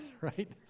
right